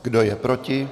Kdo je proti?